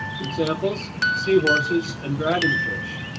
examples seahorses and dragonfish.